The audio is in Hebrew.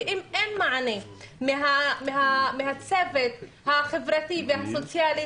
אם אין מענה מהצוות החברתי והסוציאלי